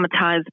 traumatized